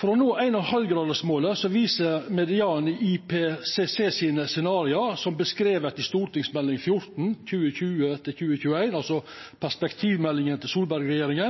For å nå 1,5-gradersmålet viser medianen i IPCCs scenario, som omtalt i Meld. St. 14 for 2020–2021, perspektivmeldinga til Solberg-regjeringa,